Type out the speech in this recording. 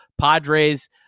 Padres